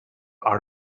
out